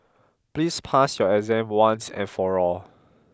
please pass your exam once and for all